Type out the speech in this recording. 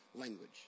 language